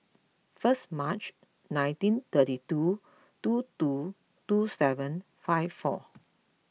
first Mar nineteen thirty two two two two seven five four